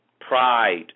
pride